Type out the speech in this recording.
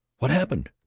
what happened?